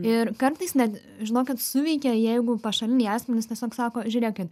ir kartais net žinokit suveikia jeigu pašaliniai asmenys tiesiog sako žiūrėkit